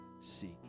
seek